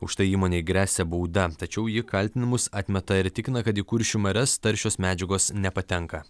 už tai įmonei gresia bauda tačiau ji kaltinimus atmeta ir tikina kad į kuršių marias taršios medžiagos nepatenka